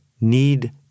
need